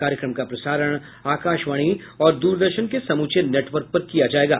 कार्यक्रम का प्रसारण आकाशवाणी और दूरदर्शन के समूचे नेटवर्क पर किया जाएगा